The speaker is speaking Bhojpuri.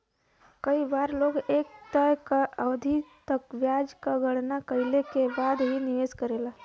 कई बार लोग एक तय अवधि तक ब्याज क गणना कइले के बाद ही निवेश करलन